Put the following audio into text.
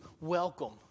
Welcome